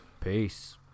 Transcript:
Peace